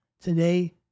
today